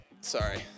Sorry